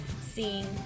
seeing